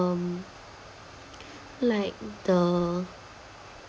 um like the